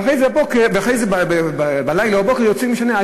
ואחרי זה, בלילה או בבוקר יוצאים, לא משנה.